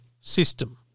system